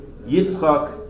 Yitzchak